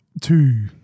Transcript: Two